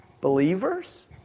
believers